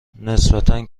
نسبتا